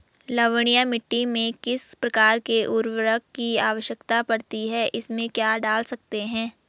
लवणीय मिट्टी में किस प्रकार के उर्वरक की आवश्यकता पड़ती है इसमें क्या डाल सकते हैं?